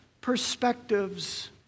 perspectives